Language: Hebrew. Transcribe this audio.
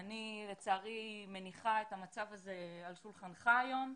אני לצערי מניחה את המצב הזה על שולחנך היום,